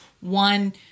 One